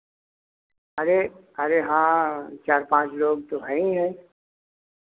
अरे अरे हाँ चार पाँच लोग तो है ही हैं